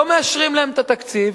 לא מאשרים להם את התקציב,